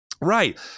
Right